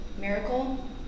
miracle